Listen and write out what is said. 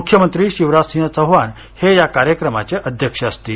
मुख्यमंत्री शिवराजसिंह चौहान हे या कार्यक्रमाचे अध्यक्ष असतील